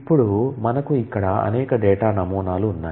ఇప్పుడు మనకు ఇక్కడ అనేక డేటా నమూనాలు ఉన్నాయి